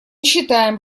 считаем